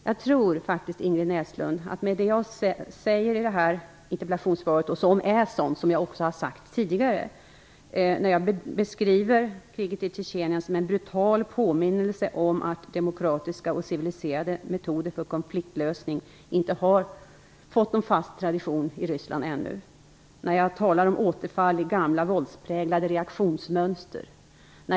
Jag tror faktiskt, Ingrid Näslund, att det jag säger i interpellationssvaret - och som jag även har sagt tidigare - där jag beskriver kriget i Tjetjenien som en brutal påminnelse om att demokratiska och civiliserade metoder för konfliktlösning ännu inte har fått någon fast tradition i Ryssland är tydligt. Jag talar om återfall i gamla våldspräglade reaktionsmönster.